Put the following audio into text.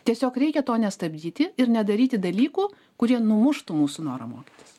tiesiog reikia to nestabdyti ir nedaryti dalykų kurie numuštų mūsų norą mokytis